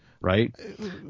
right